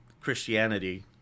Christianity